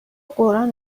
قرآن